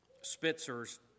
Spitzer's